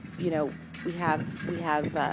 you know, we have we have